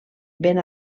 ben